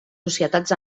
societats